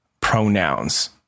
pronouns